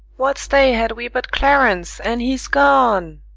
what stay had we but clarence? and he's gone.